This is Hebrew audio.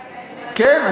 כן.